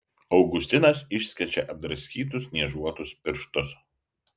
augustinas išskečia apdraskytus niežuotus pirštus